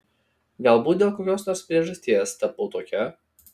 galbūt dėl kokios nors priežasties tapau tokia